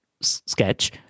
sketch